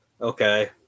Okay